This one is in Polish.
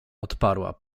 odparła